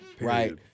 right